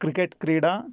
cricket क्रीडा